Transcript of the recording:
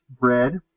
bread